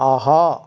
ஆஹா